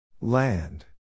Land